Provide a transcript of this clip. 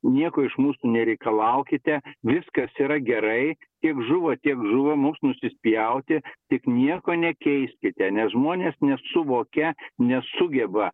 nieko iš mūsų nereikalaukite viskas yra gerai kiek žuvo tiek žuvo mums nusispjauti tik nieko nekeiskite nes žmonės nesuvokia nesugeba